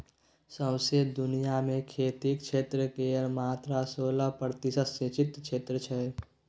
सौंसे दुनियाँ मे खेतीक क्षेत्र केर मात्र सोलह प्रतिशत सिचिंत क्षेत्र छै